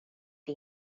det